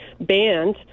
banned